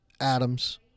Adams